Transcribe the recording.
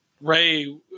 Ray